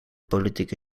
politieke